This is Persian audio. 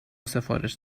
سفارش